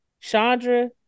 Chandra